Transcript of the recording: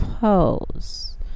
pose